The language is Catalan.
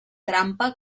trampa